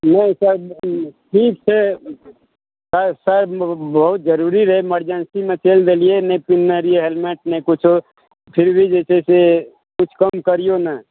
नहि सर अथी ठीक छै आइ सर बहुत जरुरी रहै मेर्जेंसी मे चलि देलियै नहि पिन्हने रहियै हेलमेट फिर भी जे छै किछु कम करियौ ने